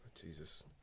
Jesus